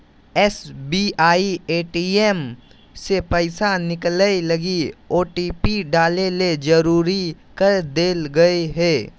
SBI ATM से पैसा निकलैय लगी ओटिपी डाले ले जरुरी कर देल कय हें